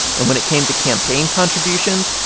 and when it came to campaign contributions,